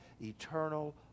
eternal